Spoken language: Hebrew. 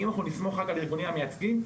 אם נסמוך רק על ארגוני המייצגים,